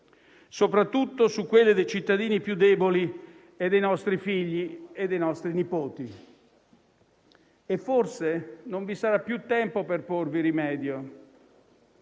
(soprattutto su quelle dei cittadini più deboli e dei nostri figli e nipoti) e forse non vi sarà più tempo per porvi rimedio.